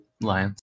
lions